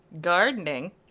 gardening